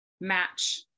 match